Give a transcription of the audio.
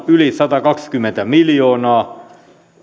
yli satakaksikymmentä miljoonaa